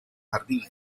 jardín